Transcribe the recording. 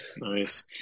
Nice